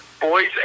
Boys